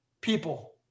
people